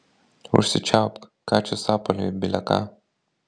užsičiaupk ką čia sapalioji bile ką